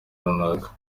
runaka